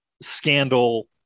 scandal